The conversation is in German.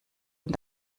und